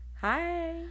Hi